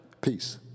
Peace